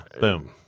Boom